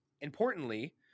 Importantly